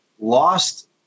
lost